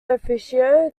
officio